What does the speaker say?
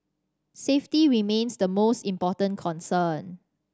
safety remains the most important concern